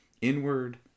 inward